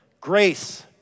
grace